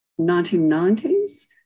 1990s